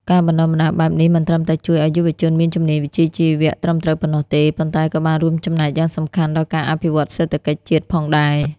ការបណ្តុះបណ្តាលបែបនេះមិនត្រឹមតែជួយឱ្យយុវជនមានជំនាញវិជ្ជាជីវៈត្រឹមត្រូវប៉ុណ្ណោះទេ ប៉ុន្តែក៏បានរួមចំណែកយ៉ាងសំខាន់ដល់ការអភិវឌ្ឍសេដ្ឋកិច្ចជាតិផងដែរ។